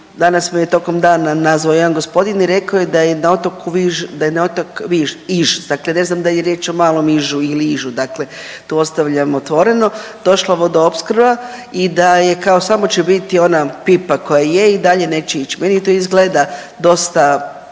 danas me je tokom dana nazvao je jedan gospodin i rekao je da je na otok Iž dakle ne znam dal je riječ o Malom Ižu il Ižu dakle tu ostavljam otvoreno, došla vodoopskrba i da je kao samo će biti ona pipa ona koja je i dalje neće ić. Meni to izgleda dosta